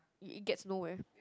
it it gets nowhere